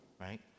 right